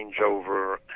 changeover